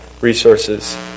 resources